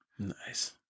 Nice